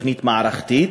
ותוכנית מערכתית,